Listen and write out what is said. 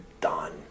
done